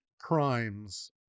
crimes